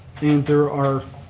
there are